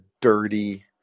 dirty